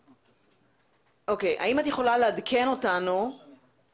האם מחר יכולים לעלות הטרקטורים על